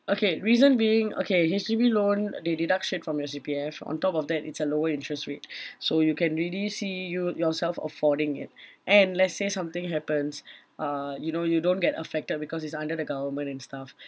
okay reason being okay H_D_B loan they deduct straight from your C_P_F on top of that it's a lower interest rate so you can really see you yourself affording it and let's say something happens uh you know you don't get affected because it's under the government and stuff